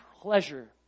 pleasure